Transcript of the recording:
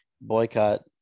Boycott